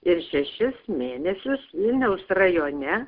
ir šešis mėnesius vilniaus rajone